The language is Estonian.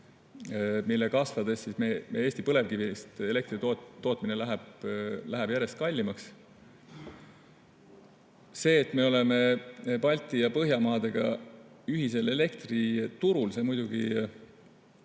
mille kasvades läheb meie Eesti põlevkivist elektri tootmine järjest kallimaks. See, et me oleme Balti- ja Põhjamaadega ühisel elektriturul, toob muidugi